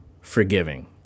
forgiving